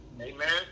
amen